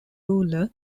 ruler